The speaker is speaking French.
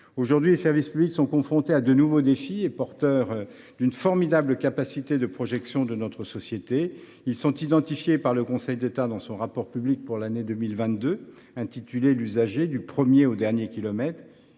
Aujourd’hui, les services publics sont confrontés à de nouveaux défis et porteurs d’une formidable capacité de projection de notre société. Identifiés par le Conseil d’État dans son rapport public pour l’année 2022, intitulé, ils requièrent une plus grande